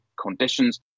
conditions